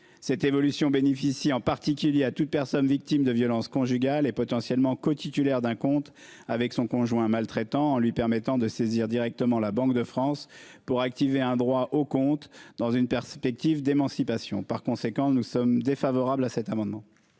Cette évolution bénéficie en particulier à toute personne victime de violence conjugale et potentiellement co-titulaires d'un compte avec son conjoint maltraitant lui permettant de saisir directement la Banque de France pour activer un droit au compte. Dans une perspective d'émancipation. Par conséquent nous sommes défavorables à cet amendement.